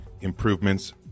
improvements